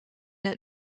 het